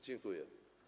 Dziękuję.